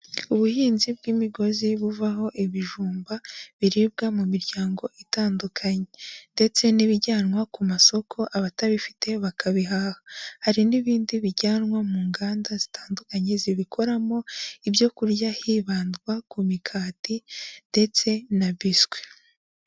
Ubuhinzi bw'imigozi buvaho ibijumba biribwa mu miryango itandukanye ndetse n'ibijyanwa ku masoko abatabifite bakabihaha, hari n'ibindi bijyanwa mu nganda zitandukanye zibikoramo ibyo kurya hibandwa ku mikati ndetse na biscuit.